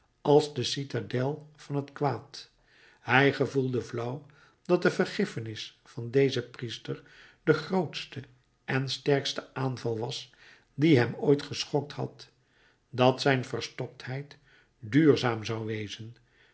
als de citadel van het kwaad hij gevoelde flauw dat de vergiffenis van dezen priester de grootste en sterkste aanval was die hem ooit geschokt had dat zijn verstoktheid duurzaam zou wezen